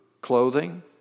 clothing